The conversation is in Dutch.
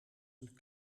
een